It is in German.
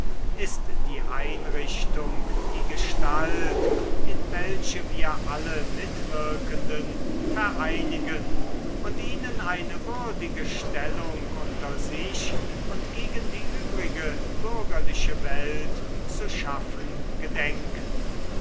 ist die einrichtung die gestalt in welche wir alle mitwirkenden vereinigen und ihnen eine würdige stellung unter sich und gegen die übrige bürgerliche welt zu schaffen gedenken